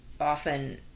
often